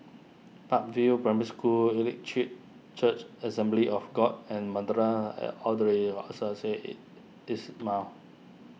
Park View Primary School Elim Chee Church Assembly of God and Madrasah Al